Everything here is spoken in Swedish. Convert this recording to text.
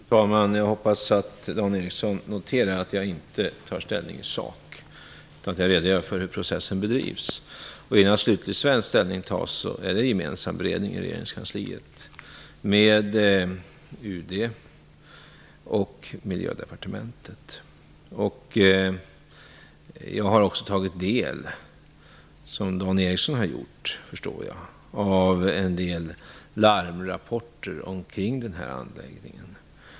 Fru talman! Jag hoppas att Dan Ericsson noterar att jag inte tar ställning i sak, utan jag redogör för hur processen bedrivs. Innan slutlig svensk ställning tas är det gemensam beredning i regeringskansliet med UD Jag har också tagit del, som jag förstår att Dan Ericsson har gjort, av en del larmrapporter om den här anläggningen.